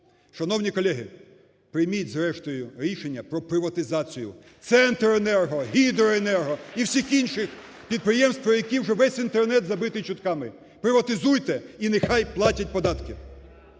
Шановні колеги, прийміть зрештою рішення про приватизацію "Центренерго", гідроенерго і всіх інших підприємств, про які вже весь Інтернет забитий чутками. Приватизуйте – і нехай платять податки!